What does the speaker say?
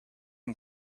and